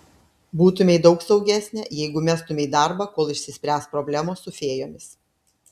būtumei daug saugesnė jeigu mestumei darbą kol išsispręs problemos su fėjomis